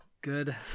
good